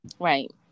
Right